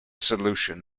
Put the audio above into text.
solution